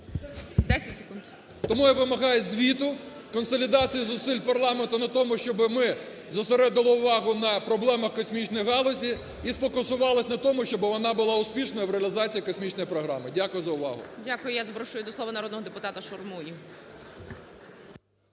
Тому я вимагаю звіту, консолідацію зусиль парламенту на тому, щоби ми зосередили увагу на проблемах космічної галузі і сфокусувалися на тому, щоб вона була успішною в реалізації космічної програми. Дякую за увагу. ГОЛОВУЮЧИЙ. Дякую. Я запрошую до слова народного депутата Шурму.